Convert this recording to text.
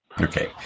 Okay